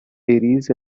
ares